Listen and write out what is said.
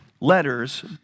Letters